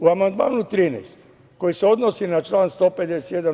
U amandmanu 13. koji se odnosi na član 151.